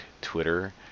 twitter